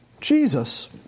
Jesus